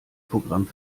programm